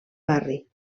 barri